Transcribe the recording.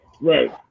Right